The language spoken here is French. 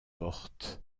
porte